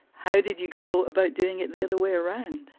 how did you go about doing it the other way around?